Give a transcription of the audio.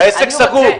והעסק סגור.